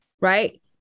Right